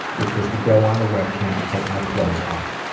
which was to go on a web cam and take my clothes off.